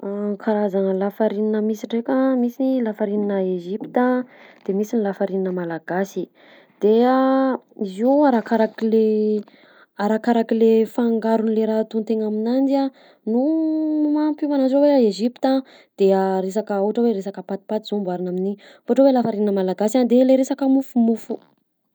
Karazagna lafarinina misy ndraika: misy lafarinina Egypte a, de misy ny lafarinina malagasy. De a izy io arakarak'le arakarak'le fangaron'le raha ataon-tegna aminanjy a no m- mampiova ananjy, zao hoe Egypte de resaka ohatra hoe resaka patipaty zao amborigna amin'igny fa ohatra hoe lafarinina malagasy a de le resaka mofomofo.